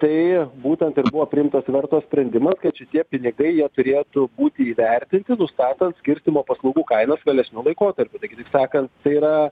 tai būtent ir buvo priimtas verto sprendimas kad šitie pinigai jie turėtų būti įvertinti nustatant skirstymo paslaugų kainas vėlesniu laikotarpiu tai kitaip sakant tai yra